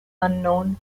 unknown